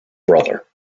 brother